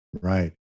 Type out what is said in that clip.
Right